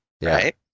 Right